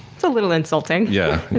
it's a little insulting. yeah